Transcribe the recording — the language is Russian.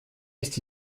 есть